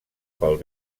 pel